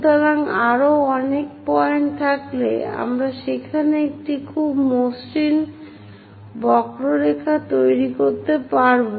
সুতরাং আরো অনেক পয়েন্ট থাকলে আমরা সেখানে একটি খুব মসৃণ বক্ররেখা তৈরি করতে পারব